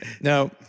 Now